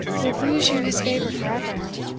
would lose you his favour for ever,